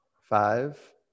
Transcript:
Five